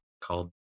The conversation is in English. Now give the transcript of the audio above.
called